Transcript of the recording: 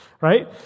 right